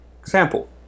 example